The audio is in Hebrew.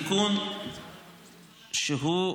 תיקון שהוא,